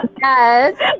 Yes